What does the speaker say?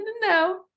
no